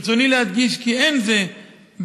ברצוני להדגיש כי אין זה בכוחו,